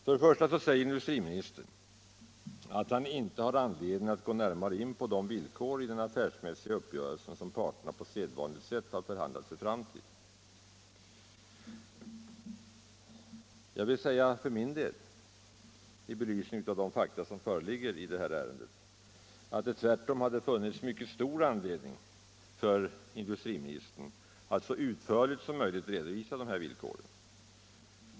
Först och främst säger industriministern att han inte har anledning att gå närmare in på de villkor i den affärsmässiga uppgörelsen som parterna på sedvanligt sätt förhandlat sig fram till. Jag vill för min del säga, i belysning av de fakta som föreligger i detta ärende, att det tvärtom hade funnits mycket stor anledning för industriministern att så utförligt som möjligt redovisa dessa villkor.